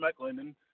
McLendon